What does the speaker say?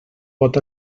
pot